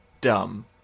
dumb